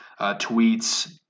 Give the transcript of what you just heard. tweets